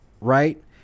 right